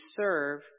serve